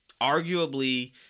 arguably